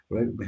Right